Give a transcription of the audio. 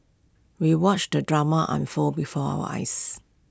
we watched the drama unfold before our eyes